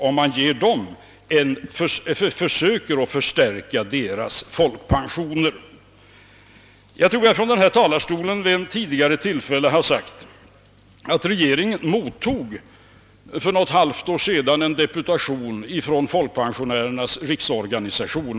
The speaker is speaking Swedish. Jag tror att jag vid något tidigare tillfälle har omnämnt från denna talarstol, att regeringen för något halvt år sedan mottog en deputation från folkpensionärernas riksorganisation.